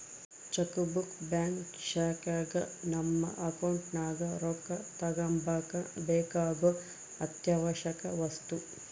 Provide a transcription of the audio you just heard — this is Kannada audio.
ಚೆಕ್ ಬುಕ್ ಬ್ಯಾಂಕ್ ಶಾಖೆಗ ನಮ್ಮ ಅಕೌಂಟ್ ನಗ ರೊಕ್ಕ ತಗಂಬಕ ಬೇಕಾಗೊ ಅತ್ಯಾವಶ್ಯವಕ ವಸ್ತು